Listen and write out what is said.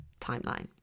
timeline